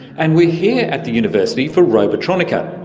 and we're here at the university for robotronica,